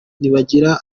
ntibagira